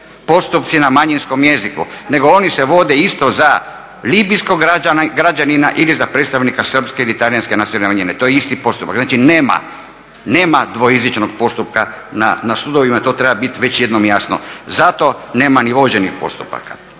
postupci na manjinskom jeziku nego oni se vode isto sa libijskog građanina ili za predstavnika Srpske ili Talijanske nacionalne manjine, to je isti postupak, znači nema dvojezičnog postupka na sudovima i to treba biti već jednom jasno, zato nema ni vođenih postupaka.